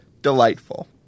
delightful